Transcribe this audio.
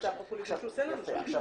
אני